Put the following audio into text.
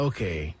Okay